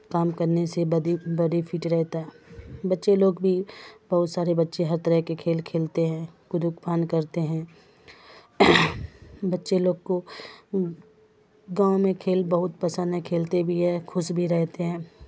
کام کرنے سے body fit رہتا ہے بچے لوگ بھی بہت سارے بچے ہر طرح کے کھیل کھیلتے ہیں کدک پھاند کرتے ہیں بچے لوگ کو گاؤں میں کھیل بہت پسند ہے کھیلتے بھی ہے خوش بھی رہتے ہیں